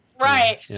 Right